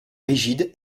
rigides